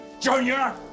Junior